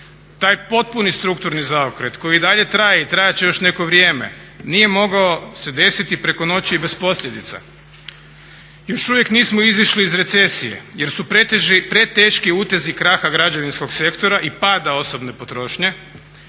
Taj potpuni strukturni zaokret koji i dalje traje i trajat će još neko vrijeme nije se mogao desiti preko noći i bez posljedica. Još uvijek nismo izišli iz recesije jer su preteški utezi kraha građevinskog sektora i pada osobne potrošnje,